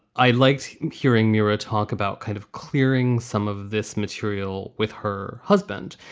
i liked hearing mira talk about kind of clearing some of this material with her husband,